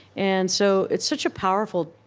and so, it's such a powerful,